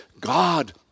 God